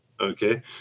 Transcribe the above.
Okay